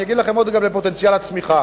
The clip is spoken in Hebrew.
אני אגיד לכם עוד לגבי פוטנציאל הצמיחה: